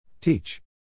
Teach